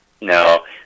No